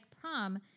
prom